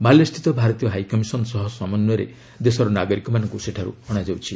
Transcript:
ମାଲେସ୍ଥିତ ଭାରତୀୟ ହାଇକମିଶନ ସହ ସମନ୍ଧୟରେ ଦେଶର ନାଗରିକମାନଙ୍କୁ ସେଠାରୁ ଅଶାଯାଉଛି